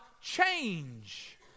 change